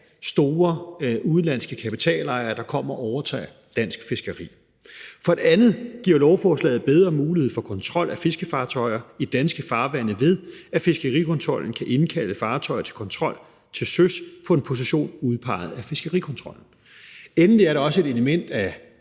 store udenlandske kapitalejere, der kommer og overtager dansk fiskeri. For det andet giver lovforslaget bedre mulighed for kontrol af fiskefartøjer i danske farvande, ved at fiskerikontrollen kan indkalde fartøjer til kontrol til søs på en position udpeget af fiskerikontrollen. Endelig er der også et element af